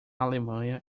alemanha